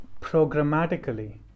programmatically